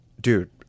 dude